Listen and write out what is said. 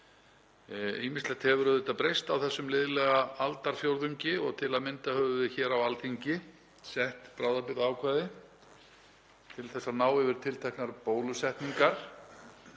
Ýmislegt hefur auðvitað breyst á þessum liðlega aldarfjórðungi. Til að mynda höfum við hér á Alþingi sett bráðabirgðaákvæði til þess að ná yfir tilteknar bólusetningar